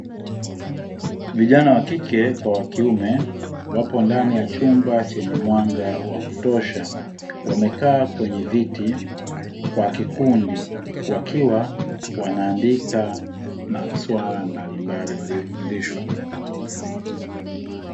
Vijana wa kike kwa wa kiume wapo ndani ya chumba chenye mwanga wa kutosha, wamekaa kwenye viti kwa kikundi wakiwa wanaandika masuala mbalimbali waliyofundishwa.